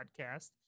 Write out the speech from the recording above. podcast